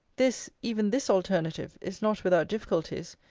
this, even this alternative, is not without difficulties,